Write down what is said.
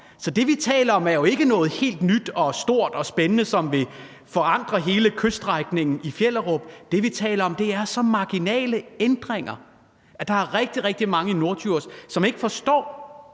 Så det, vi taler om, er jo ikke noget helt nyt og stort og spændende, som vil forandre hele kyststrækningen i Fjellerup. Det, vi taler om, er så marginale ændringer, at der er rigtig, rigtig mange i Norddjurs, som ikke forstår,